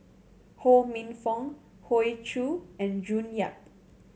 Ho Minfong Hoey Choo and June Yap